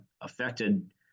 affected